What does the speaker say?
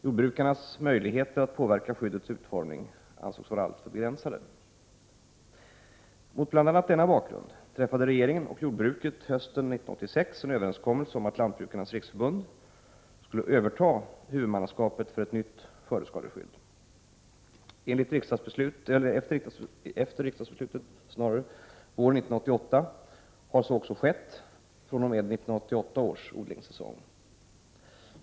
Jordbrukarnas möjligheter att påverka skyddets utformning ansågs vara alltför begränsade. Mot bl.a. denna bakgrund träffade regeringen och jordbruket hösten 1986 en överenskommelse om att Lantbrukarnas riksförbund skulle överta huvudmannaskapet för ett nytt skördeskadeskydd. Efter riksdagsbeslut våren 1988 har så också skett fr.o.m. 1988 års odlingssäsong.